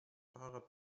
fahrrad